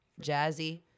Jazzy